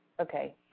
okay